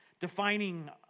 defining